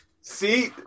see